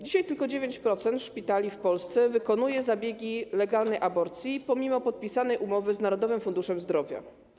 Dzisiaj tylko 9% szpitali w Polsce wykonuje zabiegi legalnej aborcji pomimo podpisanej umowy z Narodowym Funduszem Zdrowia.